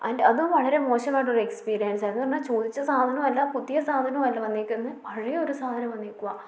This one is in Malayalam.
ആൻ് അത് വളരെ മോശമായിട്ടൊരു എക്സ്പീരിയൻസ് ആയിരുന്നു എന്നു പറഞ്ഞാൽ ചോദിച്ച സാധനവും അല്ല പുതിയ സാധനവും അല്ല വന്നിരിക്കുന്നത് പഴയ ഒരു സാധനം വന്നിരിക്കുകയാണ്